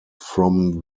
from